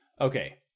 Okay